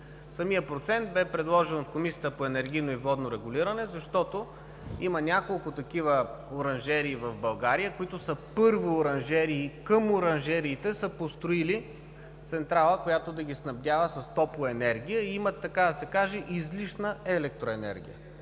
Самият процент бе предложен от Комисията по енергийно и водно регулиране, защото има няколко такива оранжерии в България, които са първо оранжерии, а към оранжериите са построили централа, която да ги снабдява с топлоенергия и имат така да се каже излишна електроенергия.